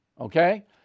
okay